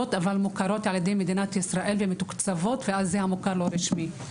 אבל מוכרים על ידי מדינת ישראל ומתוקצבים זה המוכר הלא רשמי.